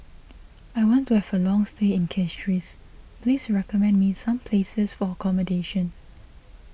I want to have a long stay in Castries please recommend me some places for accommodation